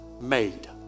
Made